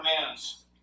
commands